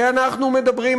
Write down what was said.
כי אנחנו מדברים,